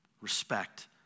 Respect